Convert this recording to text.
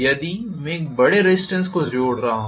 यदि मैं एक बड़े रेज़िस्टेन्स को जोड़ रहा है